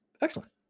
Excellent